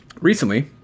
Recently